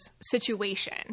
situation